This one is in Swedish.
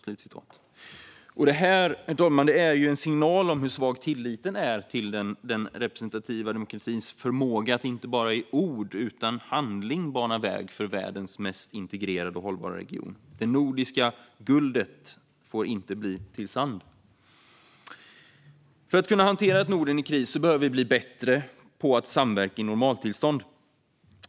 Det här, herr talman, är en signal om hur svag tilliten är till den representativa demokratins förmåga att inte bara i ord utan också handling bana väg för världens mest integrerade och hållbara region. Det nordiska guldet får inte bli till sand. För att kunna hantera ett Norden i kris behöver vi bli bättre på att samverka i normaltillstånd.